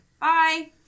Bye